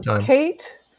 Kate